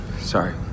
Sorry